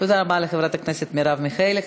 תודה רבה לחברת הכנסת מרב מיכאלי.